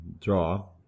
draw